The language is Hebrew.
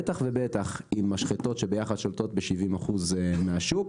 בטח ובטח אם משחטות שביחד שולטות ב-70% מהשוק,